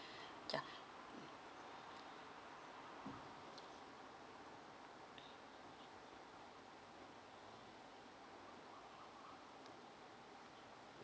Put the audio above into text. ya